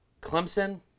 Clemson –